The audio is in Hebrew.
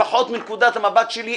לפחות מנקודת המבט שלי,